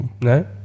No